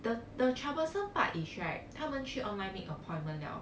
the the troublesome part is right 他们去 online make appointment liao